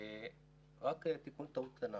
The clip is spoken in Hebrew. רק תיקון טעות קטנה